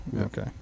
okay